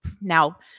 now